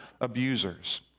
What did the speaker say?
abusers